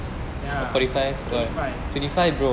ya twenty five